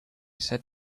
said